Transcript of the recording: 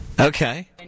Okay